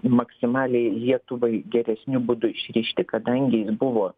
maksimaliai lietuvai geresniu būdu išrišti kadangi jis buvo